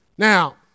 Now